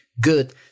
good